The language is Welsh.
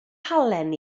halen